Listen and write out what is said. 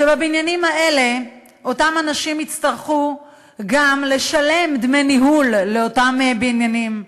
שבבניינים האלה אותם אנשים יצטרכו גם לשלם דמי ניהול לאותם בניינים,